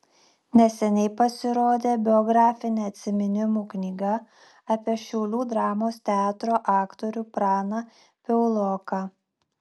neseniai pasirodė biografinė atsiminimų knyga apie šiaulių dramos teatro aktorių praną piauloką